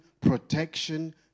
protection